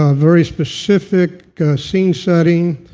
ah very specific scene-setting,